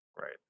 right